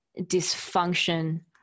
dysfunction